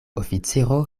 oficiro